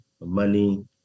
money